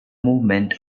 movement